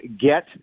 get